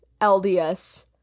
LDS